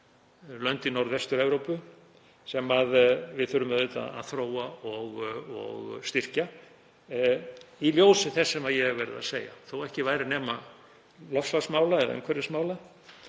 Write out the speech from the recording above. lönd í Norðvestur-Evrópu, sem við þurfum að þróa og styrkja í ljósi þess sem ég hef verið að segja, þó ekki væri nema vegna loftslagsmála eða umhverfismála.